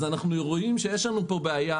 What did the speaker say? זה אומר שיש לנו פה בעיה.